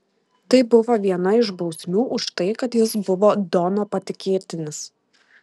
tai buvo viena iš bausmių už tai kad jis buvo dono patikėtinis